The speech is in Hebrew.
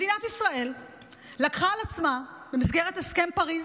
מדינת ישראל לקחה על עצמה, במסגרת הסכם פריז